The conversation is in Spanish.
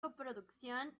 coproducción